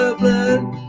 blood